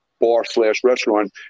bar-slash-restaurant